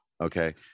Okay